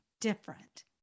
different